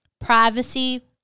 privacy